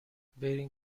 برین